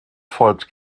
folgt